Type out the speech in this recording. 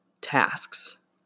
tasks